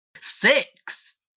Six